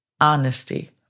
honesty